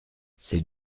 c’est